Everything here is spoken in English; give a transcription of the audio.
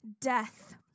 death